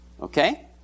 okay